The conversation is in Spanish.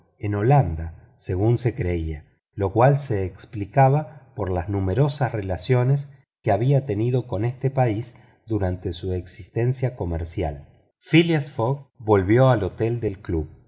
en holanda según se creía lo cual se explicaba por las numerosas relaciones que había tenido con este país durante su existencia comercial phileas fogg volvió al hotel del club